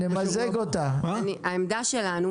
העמדה שלנו,